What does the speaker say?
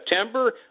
September